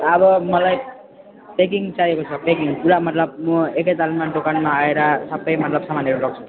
अब मलाई प्याकिङ चाहिएको छ प्याकिङ पुरा मतलब म एकैतालमा दोकानमा आएर सबै मतलब समानहरू लग्छु